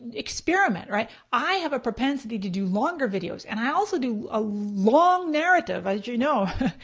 and experiment, right? i have a propensity to do longer videos, and i also do a long narrative, as you know.